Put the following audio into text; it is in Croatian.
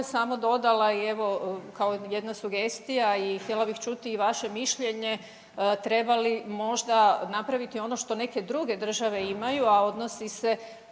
samo dodala i evo kao jedna sugestija i htjela bih čuti i vaše mišljenje, treba li možda napraviti ono što neke druge države imaju, a odnosi se